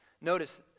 Notice